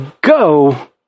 go